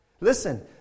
Listen